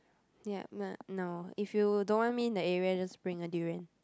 ya but no if you don't want me in that area just bring a durian